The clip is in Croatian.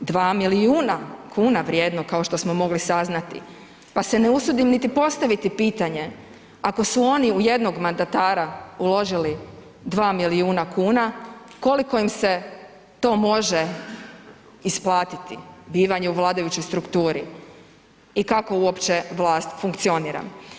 Dva milijuna kuna vrijednog, kao što smo mogli saznati pa se ne usudim niti postaviti pitanje, ako su oni u jednog mandatara uložili 2 milijuna kuna, koliko im se to može isplatiti, bivanje u vladajućoj strukturi i kako uopće vlast funkcionira.